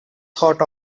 thought